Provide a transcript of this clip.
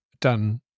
done